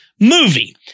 movie